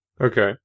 Okay